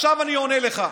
עכשיו אני עונה לך.